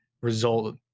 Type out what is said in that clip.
result